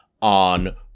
on